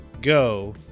Go